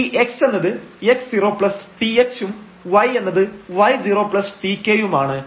ഈ x എന്നത് x0th ഉം y എന്നത് y0tk യുമാണ്